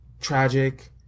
tragic